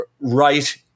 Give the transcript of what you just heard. right